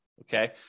Okay